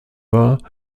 war